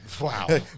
Wow